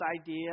idea